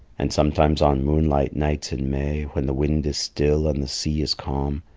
and sometimes on moonlight nights in may, when the wind is still and the sea is calm,